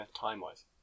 time-wise